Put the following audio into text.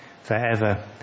forever